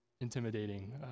intimidating